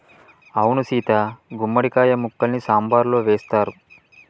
అవును సీత గుమ్మడి కాయ ముక్కల్ని సాంబారులో వేస్తారు